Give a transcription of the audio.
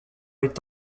est